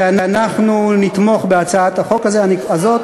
ואנחנו נתמוך בהצעת החוק הזאת.